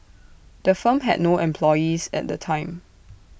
the firm had no employees at the time